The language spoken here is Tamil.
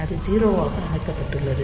அது 0 ஆக அமைக்கப்பட்டுள்ளது